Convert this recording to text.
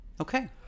Okay